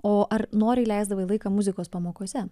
o ar noriai leisdavai laiką muzikos pamokose